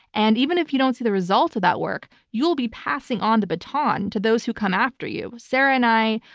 and even if you don't see the result of that work, you'll be passing on the baton to those who come after you. sarah and i,